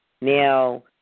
Now